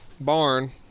barn